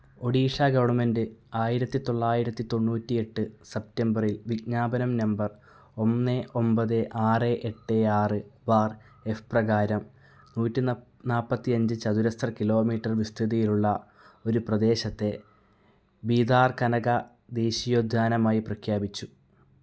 Odisha government ആയിരത്തി തൊള്ളായിരത്തി തൊണ്ണൂറ്റി എട്ട് സെപ്റ്റംബറിൽ വിജ്ഞാപനം നമ്പർ ഒന്ന് ഒൻപത് ആറ് എട്ട് ആറ് ബാർ എഫ് പ്രകാരം നൂറ്റി നപ് നാൽപ്പത്തിയഞ്ച് ചതുരശ്ര കിലോമീറ്റർ വിസ്തൃതിയിലുള്ള ഒരു പ്രദേശത്തെ ബീതാർ കനക ദേശീയോദ്യാനമായി പ്രഖ്യാപിച്ചു